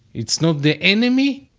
it's not the enemy.